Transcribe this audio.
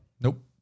Nope